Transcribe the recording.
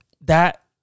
That-